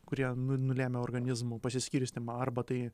kurie nu nulemė organizmų pasiskirstymą arba tai